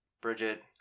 Bridget